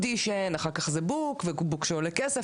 אחר-כך זה בוק ובוק שעולה כסף.